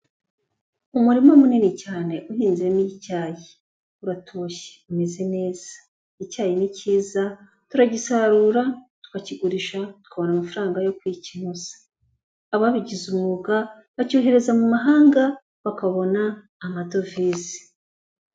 Umurima munini cyane uhinze ni icyayi, uratoshye umeze neza, icyayi ni cyiza turagisarura tukakigurisha tukabona amafaranga yo kwikenuza, ababigize umwuga bacyohereza mu mahanga bakabona amadovize.